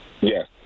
Yes